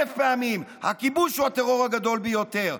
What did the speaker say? אלף פעמים, הכיבוש הוא הטרור הגדול ביותר.